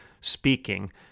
Speaking